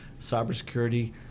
cybersecurity